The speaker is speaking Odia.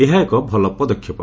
ଏହା ଏକ ଭଲ ପଦକ୍ଷେପ